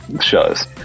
shows